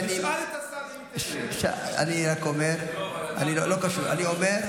תשאל את השר, הוא ייתן לי.